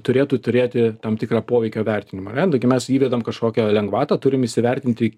turėtų turėti tam tikrą poveikio vertinimą ar ne taigi mes įvedam kažkokią lengvatą turim įsivertinti